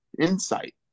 insight